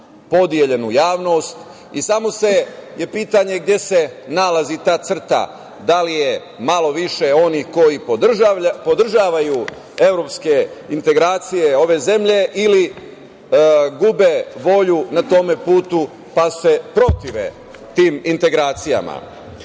podeljenu javnost i samo je pitanje gde se nalazi ta crta, da li je malo više onih koji podržavaju evropske integracije ove zemlje ili gube volju na tome putu, pa se protive tim integracijama. Ono